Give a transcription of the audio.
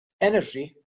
energy